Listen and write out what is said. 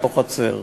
אותה חצר.